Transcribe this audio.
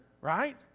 right